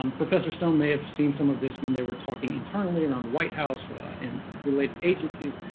um professor stone may have seen some of this when they were talking internally around the white house and related agencies.